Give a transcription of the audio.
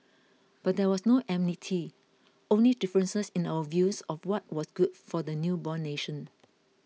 but there was no enmity only differences in our views of what was good for the newborn nation